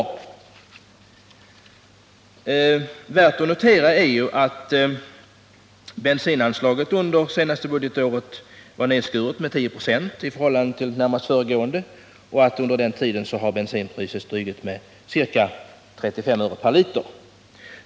Det är värt att notera att bensinanslaget under senaste budgetåret varit nedskuret med 10 96 i förhållande till anslaget under föregående budgetår samtidigt som bensinpriset steg med ca 35 öre per liter.